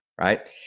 right